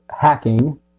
hacking